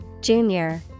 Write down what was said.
junior